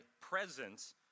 presence